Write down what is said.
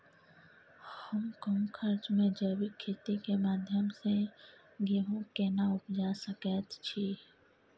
हम कम खर्च में जैविक खेती के माध्यम से गेहूं केना उपजा सकेत छी?